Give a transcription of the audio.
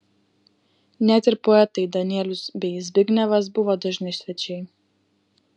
net ir poetai danielius bei zbignevas buvo dažni svečiai